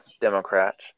Democrats